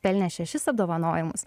pelnė šešis apdovanojimus